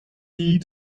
die